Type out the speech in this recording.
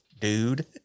dude